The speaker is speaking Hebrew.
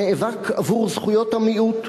הנאבק עבור זכויות המיעוט,